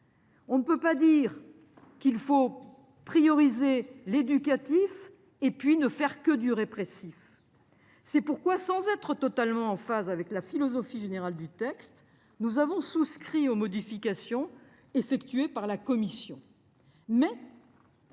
On ne peut pas, à la fois, dire qu’il faut prioriser l’éducatif et ne faire que du répressif ! C’est pourquoi, sans être totalement en phase avec la philosophie générale du texte, nous avons souscrit aux modifications effectuées par la commission.